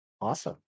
awesome